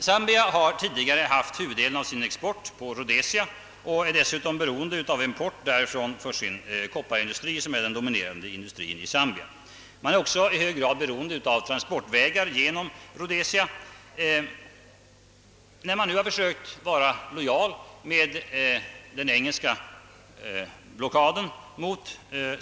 Zambia har tidigare haft huvuddelen av sin export på Rhodesia och är dessutom beroende av import därifrån för sin kopparindustri, som är den dominerande industrin i Zambia. Man är också i hög grad beroende av transportvägar genom Rhodesia. När man nu försökt att vara lojal mot den engelska blockaden av.